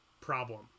problem